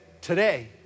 today